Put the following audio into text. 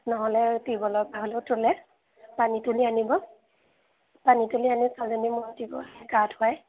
নহ'লে টিউবেলৰ পৰা হ'লেও তোলে পানী তুলি আনিব পানী তুলি আনি ছোৱালীজনী মূৰত দিব গা ধোৱায়